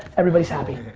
everybody's happy.